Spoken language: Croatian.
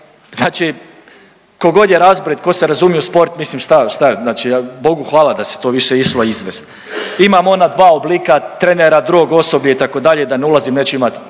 Znači tko god je razborit, tko se razumije u sport mislim šta, šta znači Bogu hvala da se to više išlo izvest. Imam ona dva oblika trenera, drugo osoblje itd. da ne ulazim neću imati